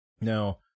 Now